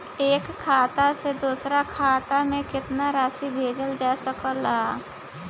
एक खाता से दूसर खाता में केतना राशि भेजल जा सके ला?